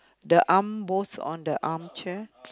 the arm both on the armchair